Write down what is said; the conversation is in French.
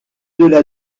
delà